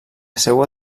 seua